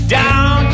down